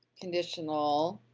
conditional.